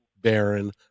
Baron